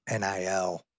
NIL